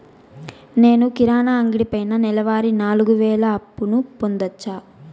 నేను కిరాణా అంగడి పైన నెలవారి నాలుగు వేలు అప్పును పొందొచ్చా?